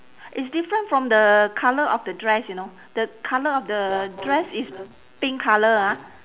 it's different from the colour of the dress you know the colour of the dress is pink colour ah